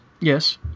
Yes